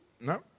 No